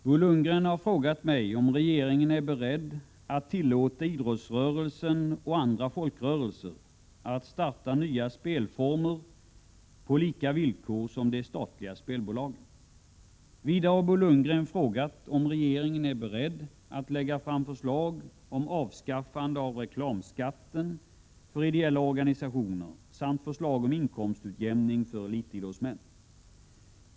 Herr talman! Bo Lundgren har frågat mig om regeringen är beredd att tillåta idrottsrörelsen och andra folkrörelser att starta nya spelformer på lika villkor som de statliga spelbolagen. Vidare har Bo Lundgren frågat om regeringen är beredd att lägga fram förslag om avskaffande av reklamskatten för ideella organisationer samt förslag om inkomstutjämning för elitidrottsmän.